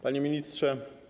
Panie Ministrze!